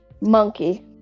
monkey